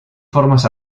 formas